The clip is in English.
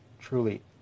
truly